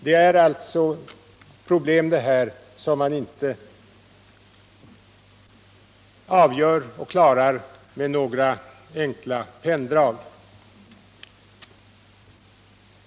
Det är alltså här fråga om problem som man inte löser med några enkla penndrag.